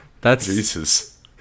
Jesus